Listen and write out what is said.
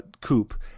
Coupe